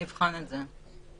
נבחן את זה.